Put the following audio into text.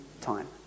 time